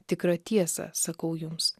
tikrą tiesą sakau jums